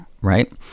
right